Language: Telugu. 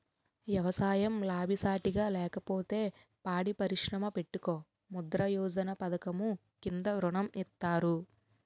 ఎవసాయం లాభసాటిగా లేకపోతే పాడి పరిశ్రమ పెట్టుకో ముద్రా యోజన పధకము కింద ఋణం ఇత్తారు